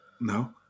No